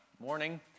Morning